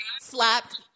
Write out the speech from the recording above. slapped